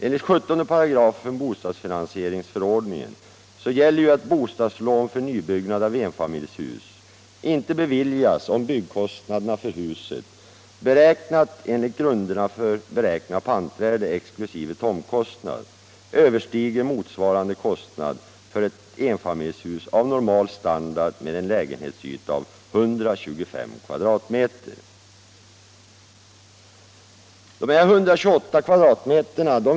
Enligt 17 § bostadsfinansieringsförordningen gäller att bostadslån för nybyggnad av enfamiljshus inte beviljas om byggkostnaderna för huset, beräknade enligt grunderna för beräkning av pantvärde exkl. tomtkostnad, överstiger motsvarande kostnad för ett enfamiljshus av normal standard med en lägenhetsyta av 125 m?. Siffran 128 m?